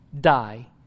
die